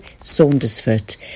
Saundersfoot